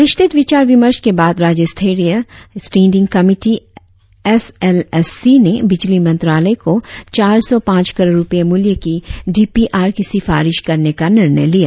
विस्तृत विचार विमर्श के बाद राज्य स्तरीय standing committee S L S C ने बिजली मंत्रालय को चार सौ पांच करोड़ रुपए मुल्य की डी पी आर की सिफारिश करने का निर्णय लिया